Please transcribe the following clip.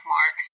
Mark